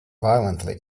violently